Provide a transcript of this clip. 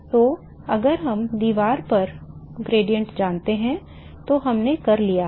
तो अगर हम दीवार पर ढाल जानते हैं तो हमने कर लिया है